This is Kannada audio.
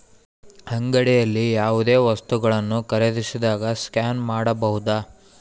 ಅಂಗಡಿಯಲ್ಲಿ ಯಾವುದೇ ವಸ್ತುಗಳನ್ನು ಖರೇದಿಸಿದಾಗ ಸ್ಕ್ಯಾನ್ ಮಾಡಬಹುದಾ?